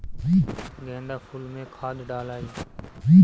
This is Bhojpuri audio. गेंदा फुल मे खाद डालाई?